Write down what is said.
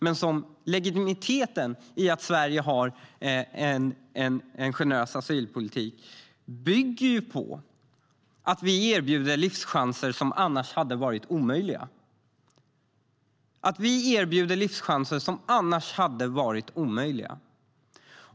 Legitimiteten i att Sverige har en generös asylpolitik bygger ju på att vi erbjuder livschanser som annars hade varit omöjliga.